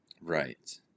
right